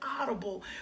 audible